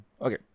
okay